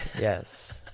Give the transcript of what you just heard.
Yes